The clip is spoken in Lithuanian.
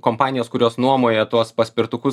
kompanijos kurios nuomoja tuos paspirtukus